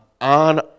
on